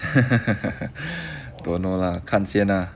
don't know lah 看先 lah